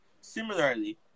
Similarly